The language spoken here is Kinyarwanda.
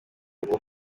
rwo